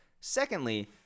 Secondly